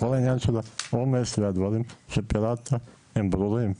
שכל העניין של העומס והדברים שפירטת הם ברורים,